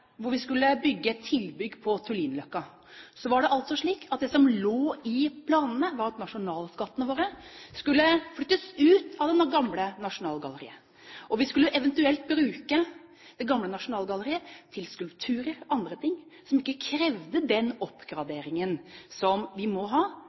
hvor vi skulle bygge et tilbygg på Tullinløkka, var det slik at det som lå i planene, var at nasjonalskattene våre skulle flyttes ut av det gamle Nasjonalgalleriet, og vi skulle eventuelt bruke det gamle Nasjonalgalleriet til skulpturer og andre ting som ikke krevde den